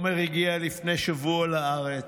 עומר הגיע לפני שבוע לארץ,